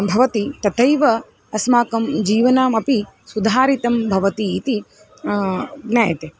भवति तथैव अस्माकं जीवनमपि सुधारितं भवति इति ज्ञायते